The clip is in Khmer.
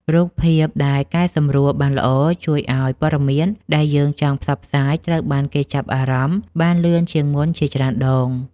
រូបភាពដែលកែសម្រួលបានល្អជួយឱ្យព័ត៌មានដែលយើងចង់ផ្សព្វផ្សាយត្រូវបានគេចាប់អារម្មណ៍បានលឿនជាងមុនជាច្រើនដង។